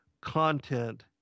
content